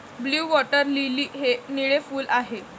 blue water lily हे निळे फूल आहे